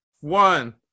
One